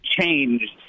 changed